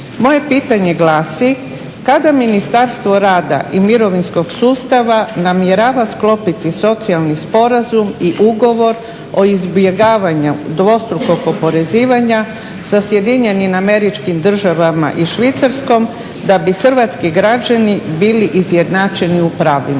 Moje pitanje glasi kada Ministarstvo rada i mirovinskog sustava namjerava sklopiti socijalni sporazum i ugovor o izbjegavanju dvostrukog oporezivanja sa SAD-om i Švicarskom da bi hrvatski građani bili izjednačeni u pravima.